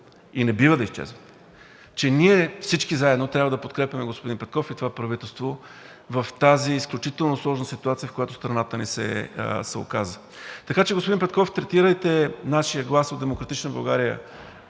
и не бива да изчезват, че ние всички заедно трябва да подкрепяме господин Петков и това правителство в изключително сложната ситуация, в която страната ни се оказа. Така че, господин Петков, третирайте нашия глас – от „Демократична България“,